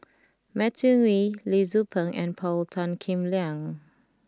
Matthew Ngui Lee Tzu Pheng and Paul Tan Kim Liang